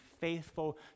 faithful